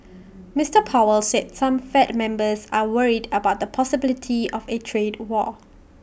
Mister powell said some fed members are worried about the possibility of A trade war